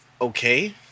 Okay